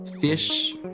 fish